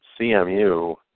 CMU